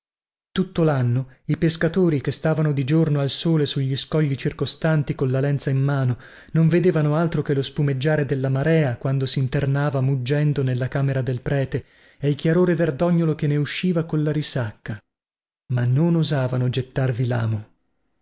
tutto lanno i pescatori che stavano di giorno al sole sugli scogli circostanti colla lenza in mano non vedevano altro che lo spumeggiare della marea quando sinternava muggendo nella camera del prete e il chiarore verdognolo che ne usciva colla risacca ma non osavano gettarvi lamo